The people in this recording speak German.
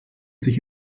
sich